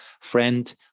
friend